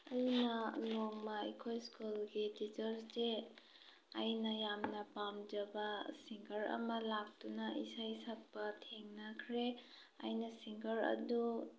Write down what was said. ꯑꯩꯅ ꯅꯣꯡꯃ ꯑꯩꯈꯣꯏ ꯏꯁꯀꯨꯜꯒꯤ ꯇꯤꯆ꯭ꯔꯁ ꯗꯦ ꯑꯩꯅ ꯌꯥꯝꯅ ꯄꯥꯝꯖꯕ ꯁꯤꯡꯒ꯭ꯔ ꯑꯃ ꯂꯥꯛꯇꯨꯅ ꯏꯁꯩ ꯁꯛꯄ ꯊꯦꯡꯅꯈ꯭ꯔꯦ ꯑꯩꯅ ꯁꯤꯡꯒ꯭ꯔ ꯑꯗꯨ